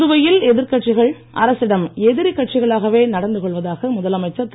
புதுவையில் எதிர்கட்சிகள் அரசின் எதிரிக் கட்சிகளாகவே நடந்து கொள்வதாக முதலமைச்சர் திரு